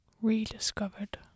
rediscovered